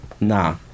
Nah